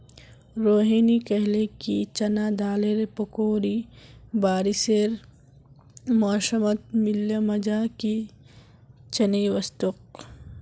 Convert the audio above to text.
रोहिनी कहले कि चना दालेर पकौड़ी बारिशेर मौसमत मिल ल मजा कि चनई वस तोक